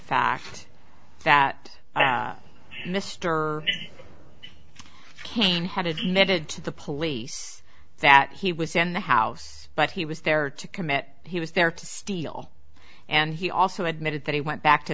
cain had admitted to the police that he was in the house but he was there to commit he was there to steal and he also admitted that he went back to